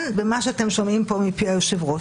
במה שאתם שומעים פה מפי היושב ראש,